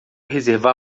reservar